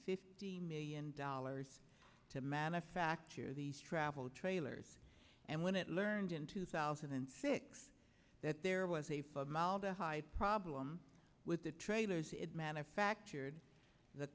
fifty million dollars to manufacturers these travel trailers and when it learned in two thousand and six that there was a five mile the high problem with the trailers it manufactured the